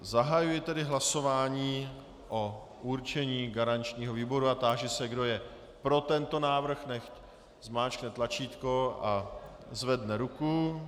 Zahajuji tedy hlasování o určení garančního výboru a táži se, kdo je pro tento návrh, nechť zmáčkne tlačítko a zvedne ruku.